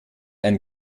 ein